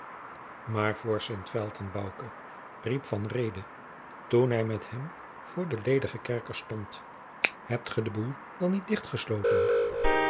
maar voor sint felten bouke riep van reede toen hij met hem voor den ledigen kerker stond hebt ge den boel dan niet